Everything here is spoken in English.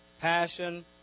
passion